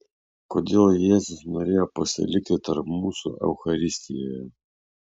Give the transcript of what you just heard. kodėl jėzus norėjo pasilikti tarp mūsų eucharistijoje